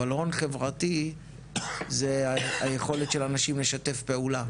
אבל הון חברתי זה היכולת של אנשים לשתף פעולה,